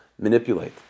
manipulate